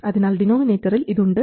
അതിനാൽ ഡിനോമിനേറ്ററിൽ ഇത് ഉണ്ട്